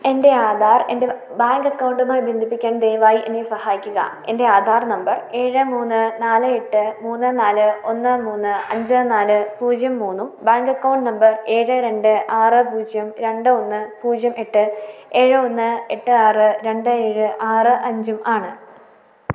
എൻ്റെ ആധാർ എൻ്റെ ബാങ്ക് അക്കൗണ്ടുമായി ബന്ധിപ്പിക്കാൻ ദയവായി എന്നെ സഹായിക്കുക എൻ്റെ ആധാർ നമ്പർ ഏഴ് മൂന്ന് നാല് എട്ട് മൂന്ന് നാല് ഒന്ന് മൂന്ന് അഞ്ച് നാല് പൂജ്യം മൂന്നും ബാങ്ക് അക്കൌണ്ട് നമ്പർ ഏഴ് രണ്ട് ആറ് പൂജ്യം രണ്ട് ഒന്ന് പൂജ്യം എട്ട് ഏഴ് ഒന്ന് എട്ട് ആറ് രണ്ട് ഏഴ് ആറ് അഞ്ചും ആണ്